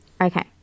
Okay